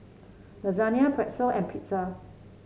the Lasagne Pretzel and Pizza